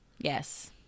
Yes